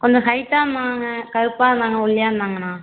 கொஞ்சம் ஹைட்டாக இருந்தாங்க கருப்பாக இருந்தாங்க ஒல்லியாக இருந்தாங்கண்ணா